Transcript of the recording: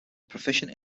proficient